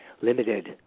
limited